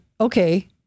okay